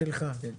שכחתי לציין,